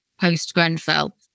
post-Grenfell